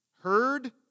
heard